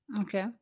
okay